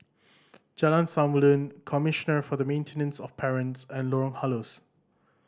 Jalan Samulun Commissioner for the Maintenance of Parents and Lorong Halus